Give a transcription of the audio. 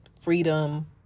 freedom